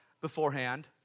beforehand